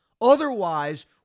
Otherwise